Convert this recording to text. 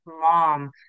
mom